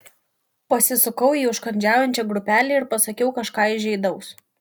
pasisukau į užkandžiaujančią grupelę ir pasakiau kažką įžeidaus